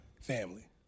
Family